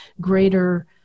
greater